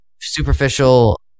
superficial